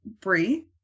Brie